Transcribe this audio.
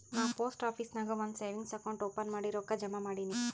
ನಾ post office ನಾಗ್ ಒಂದ್ ಸೇವಿಂಗ್ಸ್ ಅಕೌಂಟ್ ಓಪನ್ ಮಾಡಿ ರೊಕ್ಕಾ ಜಮಾ ಮಾಡಿನಿ